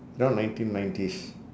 around nineteen nineties